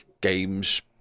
games